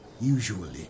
Usually